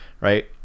Right